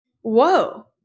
whoa